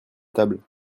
table